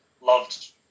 loved